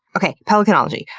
okay, pelicanology.